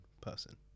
person